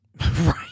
Right